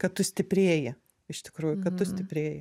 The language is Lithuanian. kad tu stiprėji iš tikrųjų kad tu stiprėji